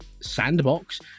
sandbox